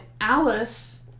Alice